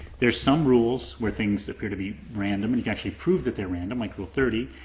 there are some rules where things appear to be random and you actually prove that they are random, like rule thirty.